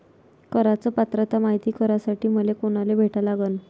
कराच पात्रता मायती करासाठी मले कोनाले भेटा लागन?